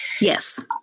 Yes